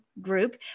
group